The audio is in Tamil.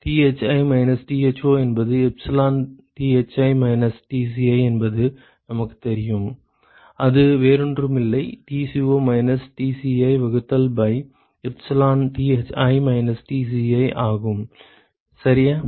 Thi மைனஸ் Tho என்பது epsilon Thi மைனஸ் Tci என்பது நமக்குத் தெரியும் அது வேறொன்றுமில்லை Tco மைனஸ் Tci வகுத்தல் by epsilon Thi minus Tci ஆகும் சரியா